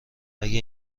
اگه